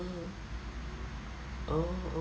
oh oh